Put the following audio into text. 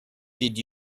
did